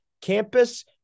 campus